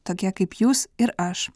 tokie kaip jūs ir aš